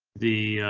the.